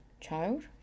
child